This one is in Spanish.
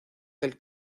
del